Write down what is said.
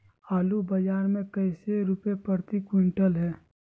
आलू बाजार मे कैसे रुपए प्रति क्विंटल है?